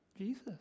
Jesus